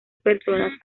personas